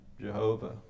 Jehovah